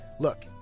Look